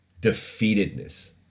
defeatedness